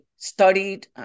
studied